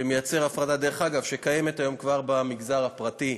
שיוצר הפרדה שדרך אגב קיימת כבר במגזר הפרטי.